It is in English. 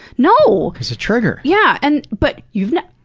no! it's a trigger. yeah. and but you've never.